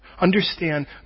Understand